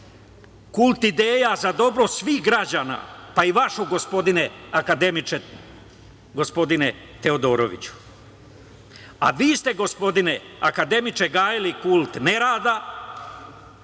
kult ideja za dobro svih građana, pa i vašu gospodine akademiče, gospodine Teodoroviću. Vi ste gospodine Akademiče gajili kult nerada,